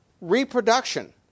reproduction